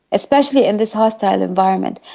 especially in this hostile environment.